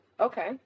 Okay